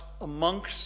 amongst